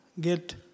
get